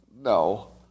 no